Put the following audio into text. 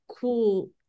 cool